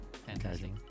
Fantastic